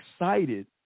excited